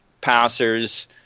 passers